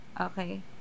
okay